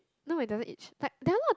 no it doesn't itchy like there are lot